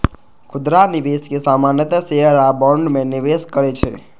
खुदरा निवेशक सामान्यतः शेयर आ बॉन्ड मे निवेश करै छै